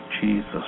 Jesus